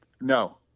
No